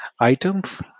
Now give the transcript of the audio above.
items